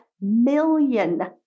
million